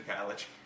college